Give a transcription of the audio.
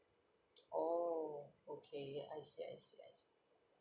oh okay I see I see I see